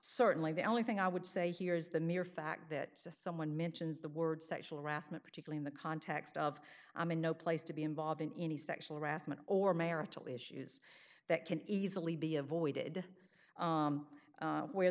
certainly the only thing i would say here is the mere fact that someone mentions the word sexual harassment particular in the context of i'm in no place to be involved in any sexual harassment or marital issues that can easily be avoided